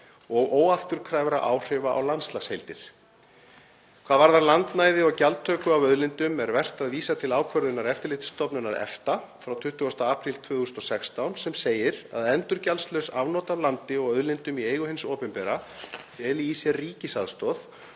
og óafturkræfra áhrifa á landslagsheildir. Hvað varðar landnæði og gjaldtöku af auðlindum er vert að vísa til ákvörðunar Eftirlitsstofnunar EFTA, frá 20. apríl 2016, sem segir að endurgjaldslaus afnot af landi og auðlindum í eigu hins opinbera feli í sér ríkisaðstoð